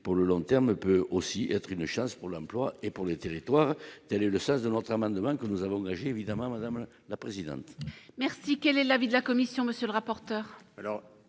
pour le long terme, peut aussi être une chance pour l'emploi et pour les territoires, telle est le sens de notre amendement que nous avons engagée évidemment, madame la présidente. Merci, quel est l'avis de la commission, monsieur le rapporteur.